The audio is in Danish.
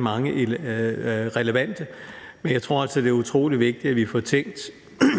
mange relevante aspekter, men jeg tror altså, det er utrolig vigtigt, at vi får tænkt